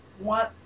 want